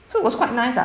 so it was quite nice ah